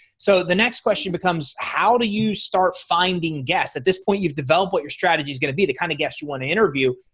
so the next question becomes how do you start finding guests at this point you've developed what your strategy is going to be the kind of guest you want to interview.